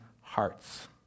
hearts